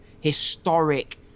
historic